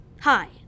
Hi